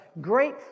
great